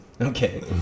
okay